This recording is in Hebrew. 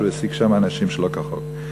שהוא העסיק שם אנשים שלא כחוק.